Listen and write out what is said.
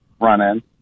running